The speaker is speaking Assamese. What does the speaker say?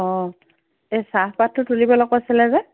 অঁ এই চাহপাতটো তুলিবলৈ কৈছিলে যে